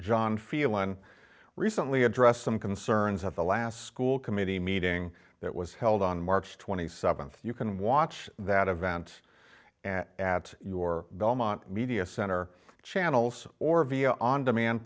john feal one recently addressed some concerns at the last school committee meeting that was held on march twenty seventh you can watch that event at your belmont media center channels or via on demand